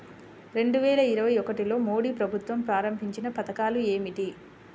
రెండు వేల ఇరవై ఒకటిలో మోడీ ప్రభుత్వం ప్రారంభించిన పథకాలు ఏమిటీ?